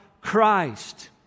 Christ